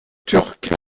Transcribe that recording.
turc